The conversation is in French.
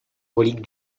reliques